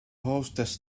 hostess